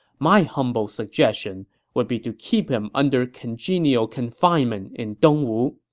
my humble suggestion would be to keep him under congenial confinement in dongwu.